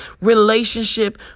relationship